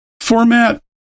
Format